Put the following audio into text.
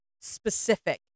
specific